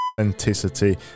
authenticity